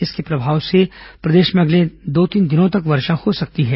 इसके प्रभाव से प्रदेश में अगले दो तीन दिनों तक वर्षा हो सकती है